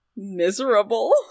miserable